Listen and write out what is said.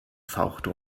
fauchte